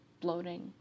bloating